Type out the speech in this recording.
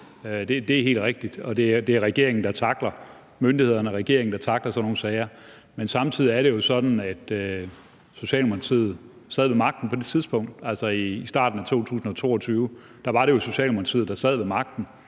Det er helt rigtigt. Det er regeringen, der tackler myndighederne, og regeringen, der tackler sådan nogle sager. Men samtidig er det jo sådan, at Socialdemokratiet sad ved magten på det tidspunkt. Altså, i starten af 2022 var det Socialdemokratiet, der sad ved magten